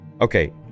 Okay